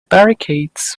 barricades